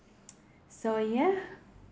so ya